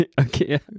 Okay